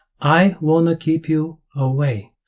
i wanna keep you away,